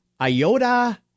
Iota